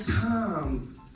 time